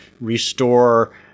restore